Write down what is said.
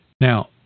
Now